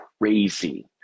crazy